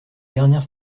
dernière